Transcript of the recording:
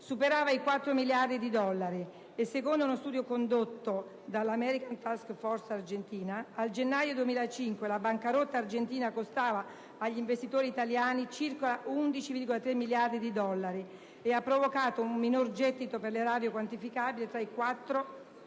superava i 4 miliardi dì dollari, e, secondo uno studio condotto dall'*American task force Argentina* al gennaio 2005, la bancarotta argentina costava agli investitori italiani circa 11,3 miliardi di dollari e ha provocato un minor gettito per l'erario quantificabile tra i 4,2 e i 4,3 miliardi di dollari.